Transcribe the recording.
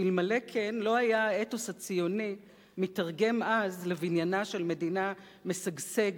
שאלמלא כן לא היה האתוס הציוני מיתרגם אז לבניינה של מדינה משגשגת,